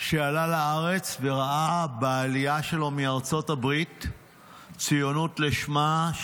שעלה לארץ וראה בעלייה שלו מארצות הברית ציונות לשמה,